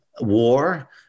war